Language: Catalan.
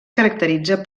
caracteritza